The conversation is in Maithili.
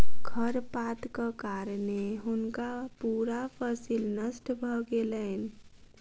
खरपातक कारणें हुनकर पूरा फसिल नष्ट भ गेलैन